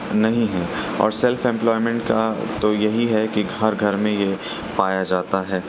نہیں ہیں اور سیلف ایمپلائمنٹ کا تو یہی ہے کہ گھر گھر میں یہ پایا جاتا ہے